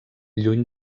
lluny